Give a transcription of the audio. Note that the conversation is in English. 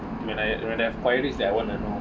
when I when I find it that I want to know